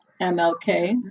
MLK